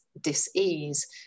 dis-ease